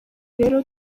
rero